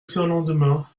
surlendemain